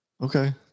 Okay